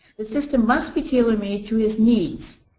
the system must be tailor made to his needs.